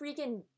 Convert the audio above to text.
freaking